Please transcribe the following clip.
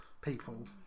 people